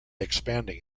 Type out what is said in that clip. expanding